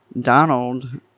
Donald